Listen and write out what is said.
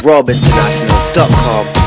robinternational.com